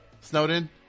Snowden